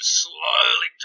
slowly